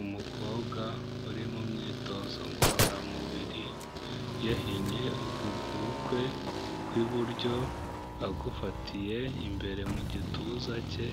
Umukobwa uri mu myitozo ngororamubiri, yahinnye ukuguru kwe kw'iburyo, agufatiye imbere mu gituza cye,